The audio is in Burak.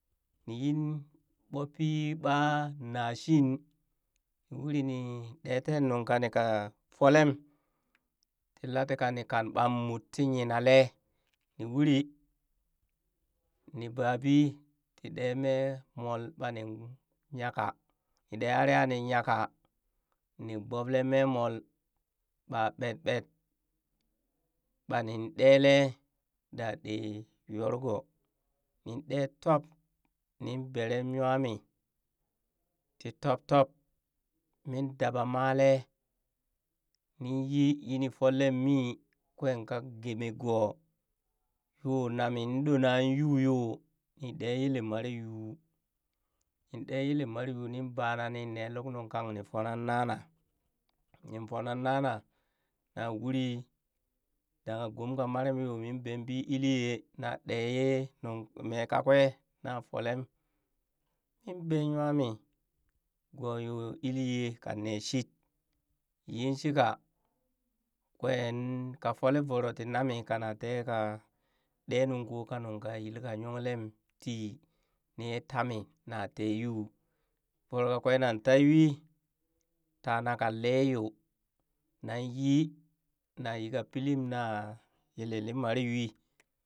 Ni yin ɓoh pii ɓaa nashin ni uri nii ɗee tee nuŋ kani ka folem ti lati ka ni kan ɓan mut tii yinalee nii uri ni babi ti ɗee mee mol ɓani nyaka ni ɗee arya nii nyaka ni gboblee mee mol ɓaa ɓetɓet ɓa nin ɗeeleh daa ɗee yorgoo nin ɗee top nin berem nywami ti top top min daaba malee nin yi yini folem mii kwee ka geemee goo yoo namin ɗoo nayuu yo ni ɗee yele mare yuu nin ɗee yel mare yuu, nin baa na nine luk nuŋ kang nii fona nanaa nin fonaan nana na uri danghe gom ka nerem yoo min bembi iliyee na ɗe ye mee kakwe na folem min ben nywami goo u iliyee ka nee shit yin shika kwee ka folee voroo tii nami kana tee ka ɗe nungko ka nunka yilka yonglem tii ni yee tami na te yuu voro kakwee voro nan te yuu tana ka lee yoo nan yi na yilka pilim na yele li mare yui.